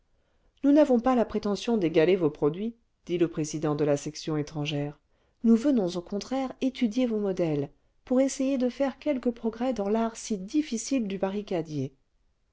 nous n'avons pas la prétention d'égaler vos produits dit le président de la section étrangère nous venons au contraire étudier vos modèles pour essayer de faire quelque progrès dans l'art si difficile du barricadier